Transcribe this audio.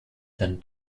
than